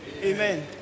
Amen